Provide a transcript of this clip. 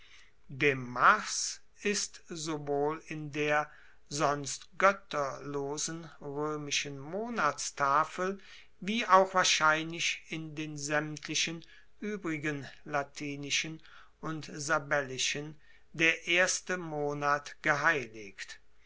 dem mars ist sowohl in der sonst goetterlosen roemischen monatstafel wie auch wahrscheinlich in den saemtlichen uebrigen latinischen und sabellischen der erste monat geheiligt